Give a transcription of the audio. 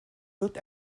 wird